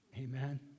Amen